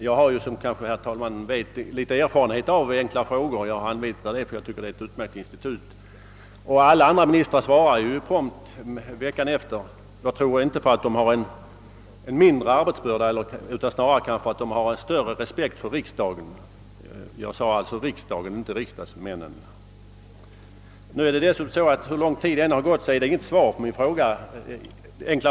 Jag har faktiskt en viss erfarenhet av enkla frågor och har många gånger använt mig av detta institut, som enligt min mening är utmärkt. Övriga ministrar brukar svara veckan efter frågans framställande, och jag tror inte att de gör det därför att de har en mindre arbetsbörda än statsrådet Odhnoff utan kanske snarare därför att de har större respekt för riksdagen — jag betonar att jag säger riksdagen och inte riksdagsmännen. Dessutom har jag, hur lång tid som än har gått, inte fått något svar på min fråga.